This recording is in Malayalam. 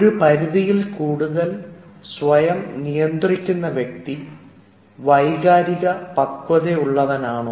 ഒരു പരിധിയിൽ കൂടുതൽ സ്വയം നിയന്ത്രിക്കുന്ന വ്യക്തി വൈകാരിക പക്വതയുള്ളവനാണോ